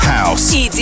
House